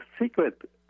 secret